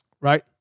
Right